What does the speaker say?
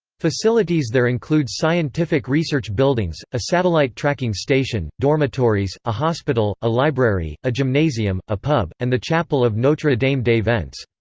facilities there include scientific-research buildings, a satellite tracking station, dormitories, a hospital, a library, a gymnasium, a pub, and the chapel of notre-dame des vents.